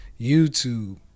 YouTube